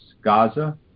Gaza